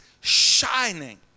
shining